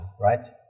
right